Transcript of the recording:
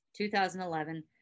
2011